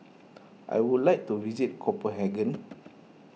I would like to visit Copenhagen